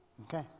Okay